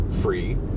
free